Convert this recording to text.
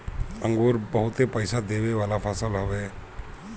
अंगूर बहुते पईसा देवे वाला फसल हवे